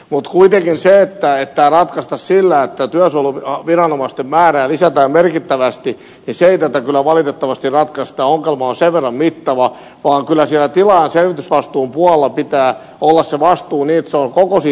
mutta kuitenkin se että työsuojeluviranomaisten määrää lisättäisiin merkittävästi ei tätä kyllä valitettavasti ratkaise tämä ongelma on sen verran mittava vaan kyllä siellä tilaajan selvitysvastuun puolella pitää olla se vastuu niin että vastuu on koko ketjusta